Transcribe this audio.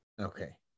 Okay